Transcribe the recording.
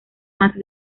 más